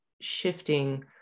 shifting